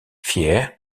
fier